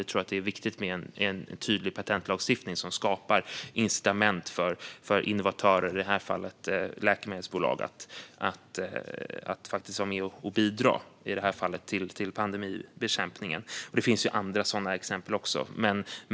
Vi tror att det är viktigt med en tydlig patentlagstiftning som skapar incitament för innovatörer att vara med och bidra, i det här fallet läkemedelsbolag till pandemibekämpningen. Det finns andra sådana exempel.